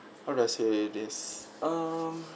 how do I say this um